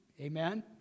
Amen